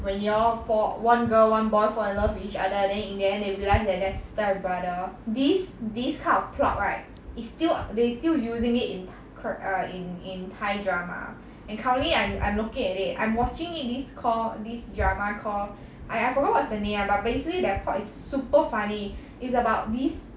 when you all fall one girl one boy fall in love with each other and then in the end they realise that they are sister and brother this this kind of plot right is still they still using it in kore~ err in in thai drama and currently I'm I'm looking at it I'm watching it this call this drama call I I forgot what's the name ah but basically the plot is super funny it's about this